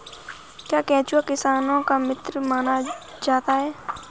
क्या केंचुआ किसानों का मित्र माना जाता है?